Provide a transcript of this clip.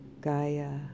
Gaia